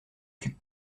tue